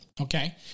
okay